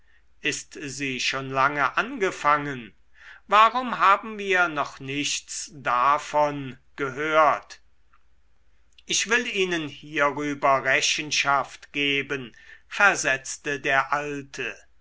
ist sie schon lange angefangen warum haben wir noch nichts davon gehört ich will ihnen hierüber rechenschaft geben versetzte der alte